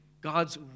God's